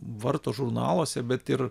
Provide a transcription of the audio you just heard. varto žurnaluose bet ir